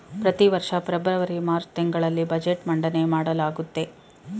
ಪ್ರತಿವರ್ಷ February March ತಿಂಗಳಲ್ಲಿ budget ಮಂಡನೆ ಮಾಡಲಾಗುತ್ತೆ